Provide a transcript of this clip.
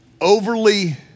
overly